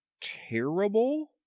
terrible